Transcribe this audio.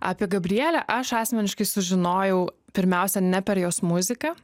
apie gabrielę aš asmeniškai sužinojau pirmiausia ne per jos muziką